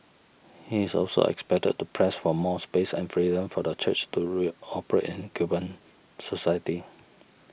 he is also expected to press for more space and freedom for the Church to re operate in Cuban society